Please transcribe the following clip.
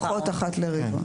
לפחות אחת לרבעון.